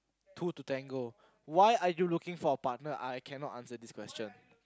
two to tangle why are you looking for a partner I cannot answer this question